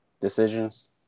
decisions